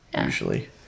usually